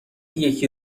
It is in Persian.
یکی